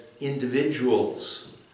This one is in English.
individuals